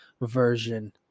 version